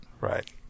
Right